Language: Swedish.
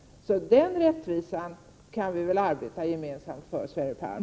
Den rättvisan kan vi väl gemensamt arbeta för, Sverre Palm!